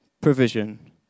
provision